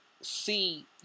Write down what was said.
see